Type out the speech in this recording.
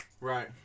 Right